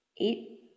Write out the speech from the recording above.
eight